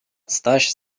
staś